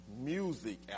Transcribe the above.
music